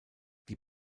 die